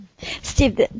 Steve